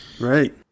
right